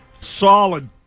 Solid